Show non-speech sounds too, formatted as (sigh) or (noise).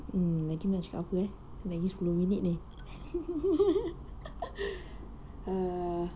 mm lagi nak cakap apa eh lagi sepuluh minit ini (laughs) err